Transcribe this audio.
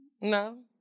No